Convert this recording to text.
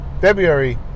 February